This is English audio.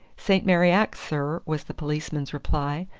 st. mary axe, sir, was the policeman's reply.